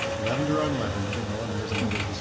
leavened or unleavened, you know and there's another